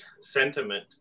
sentiment